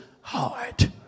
heart